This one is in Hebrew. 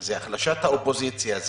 זה החלשת האופוזיציה,